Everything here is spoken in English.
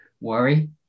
worry